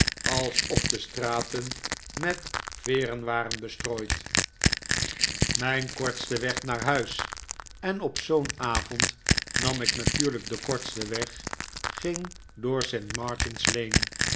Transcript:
alsof de straten met veeren waren bestrooid ontmoeting met baas peggotty mijn kortste weg naar huis en op zoo'n avond nam ik natuurlijk den kortsten weg ging door saint martin's lane